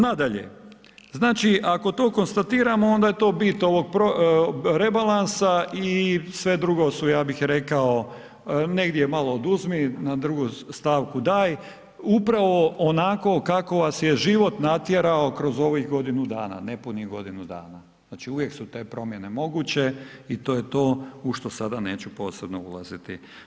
Nadalje, znači ako to konstatiramo onda je to bit ovog rebalansa i sve drugo su ja bih rekao negdje malo oduzmi, na drugu stavku daj, upravo onako kako vas je život natjerao kroz ovih godinu dana, nepunih godinu dana, znači uvijek su te promjene moguće i to je to u što sada neću posebno ulaziti.